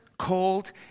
cold